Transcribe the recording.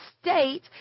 state